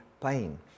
pain